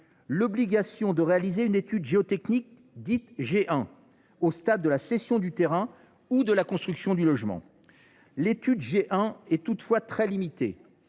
l’obligation de réaliser une étude géotechnique dite G1, au stade de la cession du terrain ou de la construction du logement. Les études G1 sont toutefois très limitées